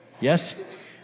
Yes